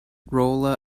rolla